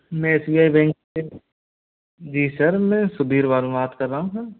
मैं S B I bank से जी सर मैं सुधीर वर्मा बात कर रहा हूँ सर